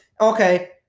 Okay